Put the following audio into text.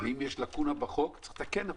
אם יש לקונה בחוק צריך לתקן אותו.